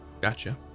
Gotcha